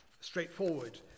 straightforward